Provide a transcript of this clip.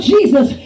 Jesus